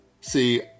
See